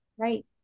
Right